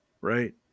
right